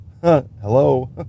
hello